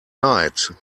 leid